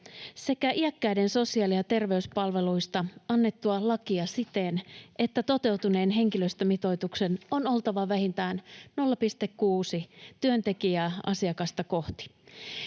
sekä iäkkäiden sosiaali- ja terveyspalveluista annettua lakia siten, että toteutuneen henkilöstömitoituksen on oltava vähintään 0,6 työntekijää asiakasta kohti.